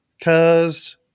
Cause